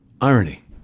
irony